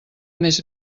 més